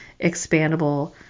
expandable